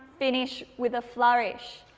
finish with a flourish.